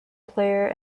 player